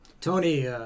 Tony